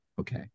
okay